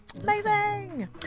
Amazing